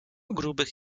grubych